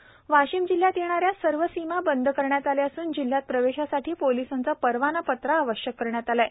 सीमा बंद वाशीम जिल्ह्यात येणाऱ्या सर्व सीमा बंद करण्यात आल्या असून जिल्ह्यात प्रवेशासाठी पोलीसाचे परवाना पत्र आवश्यक करण्यात आले आहे